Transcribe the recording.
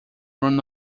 run